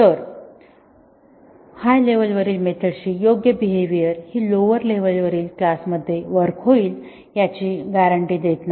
तर अप्पर लेव्हलवरील मेथड्स ची योग्य बिहेविअर ही लोवर लेव्हलवरील क्लास मध्ये वर्क होईल याची ग्यारंटी देत नाही